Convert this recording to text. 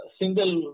single